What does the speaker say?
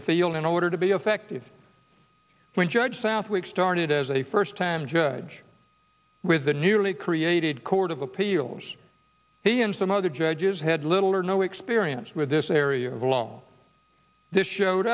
the field in order to be effective when judge southwick started as a first time judge with the newly created court of appeals he and some other judges had little or no experience with this area of all this showed